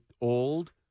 old